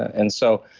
and so,